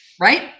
Right